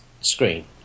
screen